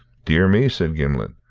dear me, said gimblet,